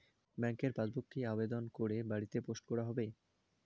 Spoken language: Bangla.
ব্যাংকের পাসবুক কি আবেদন করে বাড়িতে পোস্ট করা হবে?